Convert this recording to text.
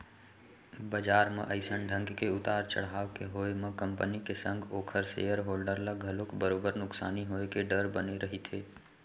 बजार म अइसन ढंग के उतार चड़हाव के होय म कंपनी के संग ओखर सेयर होल्डर ल घलोक बरोबर नुकसानी होय के डर बने रहिथे